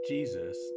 Jesus